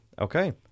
Okay